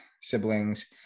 siblings